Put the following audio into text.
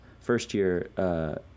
first-year